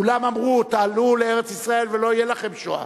כולם אמרו: תעלו לארץ-ישראל ולא תהיה לכם שואה.